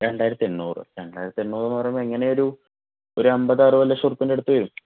രണ്ടായിരത്തി എണ്ണൂറ് രണ്ടായിരത്തി എണ്ണൂറ് എന്ന് പറയുമ്പോൾ എങ്ങനെയും ഒരു അമ്പത് അറുപത് ലക്ഷം റുപ്പികേന്റെ അടുത്ത് വരും